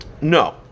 No